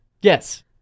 Yes